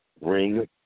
ring